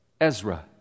Ezra